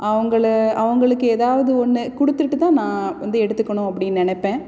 அவங்கள அவங்களுக்கு ஏதாவது ஒன்று கொடுத்துட்டுதான் நான் வந்து எடுத்துக்கணும் அப்படினு நினைப்பேன்